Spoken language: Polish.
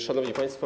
Szanowni Państwo!